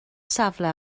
safle